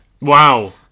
Wow